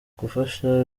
gufasha